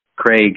Craig